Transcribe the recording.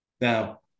Now